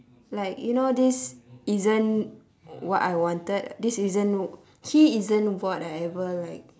like you know this isn't what I wanted this isn't he isn't what I ever like